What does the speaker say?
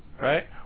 right